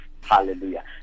Hallelujah